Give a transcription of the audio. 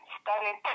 started